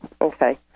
Okay